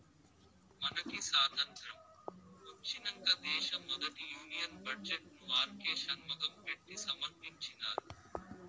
మనకి సాతంత్రం ఒచ్చినంక దేశ మొదటి యూనియన్ బడ్జెట్ ను ఆర్కే షన్మగం పెట్టి సమర్పించినారు